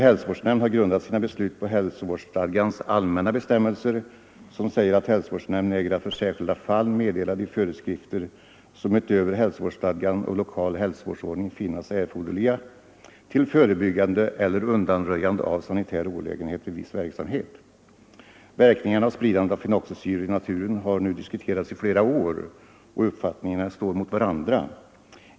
Hälsovårdsnämnden har grundat sina beslut på hälsovårdsstadgans allmänna bestämmelser, som säger att hälsovårdsnämnd äger att för särskilda fall meddela de föreskrifter som utöver hälsovårdsstadgan och lokal hälsovårdsordning finnes erforderliga till förebyggande eller undanröjande av sanitär olägenhet vid viss verksamhet. Verkningarna av spridandet av fenoxisyror i naturen har nu diskuterats i flera år och uppfattningarna står mot varandra.